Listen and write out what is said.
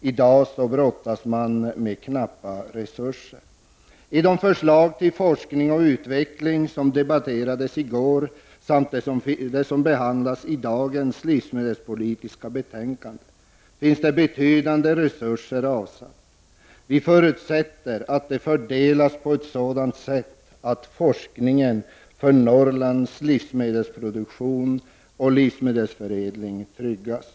I dag brottas man med knappa resurser. I de förslag till forskning och utveckling som debatterades i går samt i de förslag som behandlas i dagens livsmedelspolitiska betänkande finns betydande resurser avsatta. Vi förutsätter att de fördelas så att forskningen kring Norrlands livsmedelsproduktion och livsmedelsförädling tryggas.